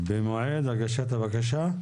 במועד הגשת הבקשה?